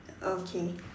okay